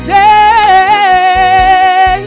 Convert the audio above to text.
day